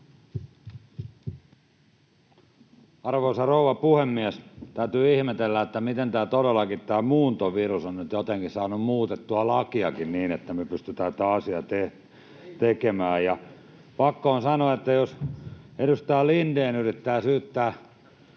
Arvoisa rouva puhemies! Täytyy ihmetellä, miten todellakin tämä muuntovirus on nyt jotenkin saanut muutettua lakiakin niin, että me pystytään tämä asia tekemään. Pakko on sanoa, että jos edustaja Lindén yrittää syyttää